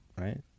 Right